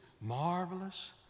marvelous